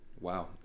wow